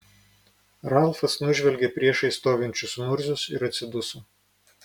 ralfas nužvelgė priešais stovinčius murzius ir atsiduso